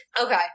Okay